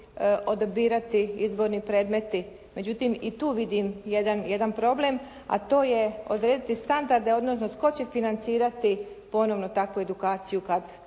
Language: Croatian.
odabirati izborni predmeti, međutim i tu vidim jedan problem, a to je odrediti standarde, odnosno tko će financirati ponovno jednu takvu edukaciju kada